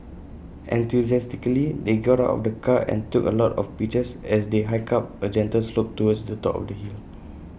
enthusiastically they got out of the car and took A lot of pictures as they hiked up A gentle slope towards the top of the hill